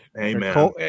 Amen